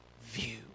view